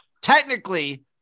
technically